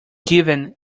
given